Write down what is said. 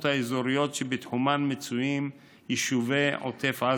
האזוריות שבתחומן מצויים יישובי עוטף עזה.